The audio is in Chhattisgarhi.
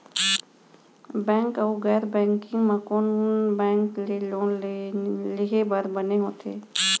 बैंक अऊ गैर बैंकिंग म कोन बैंक ले लोन लेहे बर बने होथे?